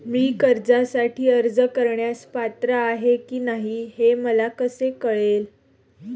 मी कर्जासाठी अर्ज करण्यास पात्र आहे की नाही हे मला कसे कळेल?